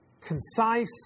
concise